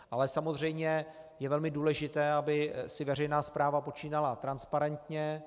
Ale samozřejmě je velmi důležité, aby si veřejná správa počínala transparentně.